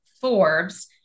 Forbes